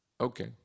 Okay